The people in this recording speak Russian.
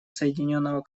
соединенного